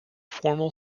formal